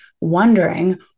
wondering